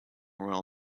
royal